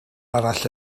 arall